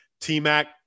T-Mac